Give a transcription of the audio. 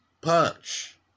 punch